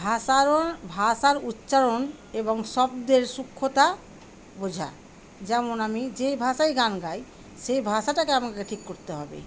ভাষারও ভাষার উচ্চারণ এবং শব্দের সূক্ষ্মতা বোঝা যেমন আমি যেই ভাষায় গান গাই সেই ভাষাটাকে আমাকে ঠিক করতে হবে